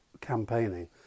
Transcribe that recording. campaigning